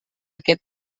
aquest